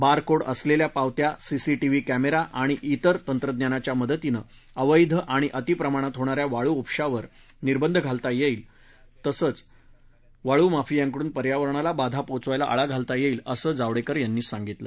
बार code असलेल्या पावत्या CCTV camera आणि त्रिर तंत्रज्ञानाच्या मदतीनं अवैध आणि अतिप्रमाणात होणा या वाळू उपशावर निर्बंध घालता येईल तसंच वाळूमाफियाकडून पर्यावरणाला बाधा पोचवायला आळा घालता येईल असं जावडेकर यांनी सांगितलं